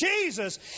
Jesus